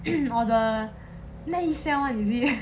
or the 内向 [one] is it